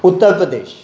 Uttar Pradesh